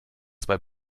zwei